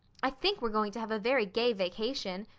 i think we're going to have a very gay vacation.